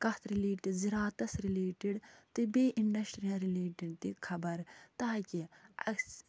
کَتھ رِلیٹہِ زِراتس رِلیٹڈ تہِ بیٚیہِ رِلیٹڈ تہِ خبر تاکہِ اَسہِ